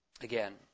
Again